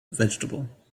vegetable